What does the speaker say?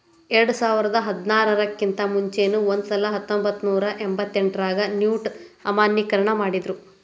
ಎರ್ಡ್ಸಾವರ್ದಾ ಹದ್ನಾರರ್ ಕಿಂತಾ ಮುಂಚೆನೂ ಒಂದಸಲೆ ಹತ್ತೊಂಬತ್ನೂರಾ ಎಪ್ಪತ್ತೆಂಟ್ರಾಗ ನೊಟ್ ಅಮಾನ್ಯೇಕರಣ ಮಾಡಿದ್ರು